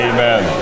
Amen